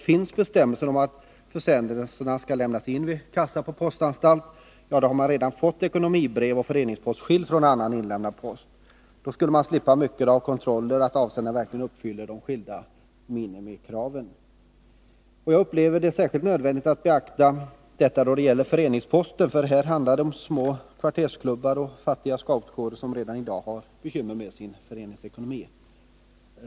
Finns bestämmelser om att försändelser skall lämnas in vid kassan på postanstalt, då har man ju redan fått ekonomibrev och föreningspost skilda från annan inlämnad post. Man skulle slippa mycken kontroll av huruvida avsändaren verkligen uppfyller de skilda minimikraven. Jag upplever det som särskilt nödvändigt att beakta detta då det gäller föreningsposten, för här handlar det om små kvartersklubbar och fattiga scoutkårer som redan i dag har bekymmer med sin föreningsekonomi.